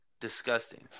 Disgusting